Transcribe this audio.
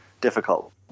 difficult